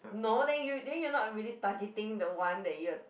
no then you then you are not really targeting the one that you are